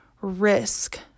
risk